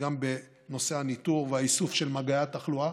וגם בנושא הניטור והאיסוף של מגעי התחלואה.